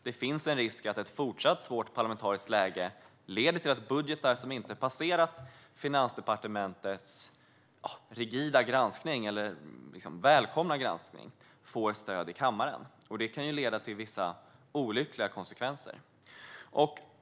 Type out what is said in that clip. Det finns en risk att ett fortsatt svårt parlamentariskt läge leder till att budgetar som inte har passerat Finansdepartementets rigida och välkomna granskning får stöd i kammaren, och det kan leda till vissa olyckliga konsekvenser.